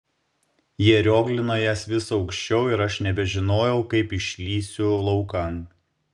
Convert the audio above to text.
jie rioglino jas vis aukščiau ir aš nebežinojau kaip išlįsiu laukan